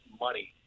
money